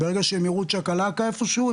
ברגע שהם רואים צ'קלקה איפה שהוא,